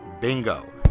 bingo